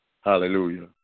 Hallelujah